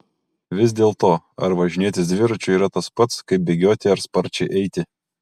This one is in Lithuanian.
vis dėlto ar važinėtis dviračiu yra tas pat kaip bėgioti ar sparčiai eiti